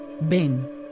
Ben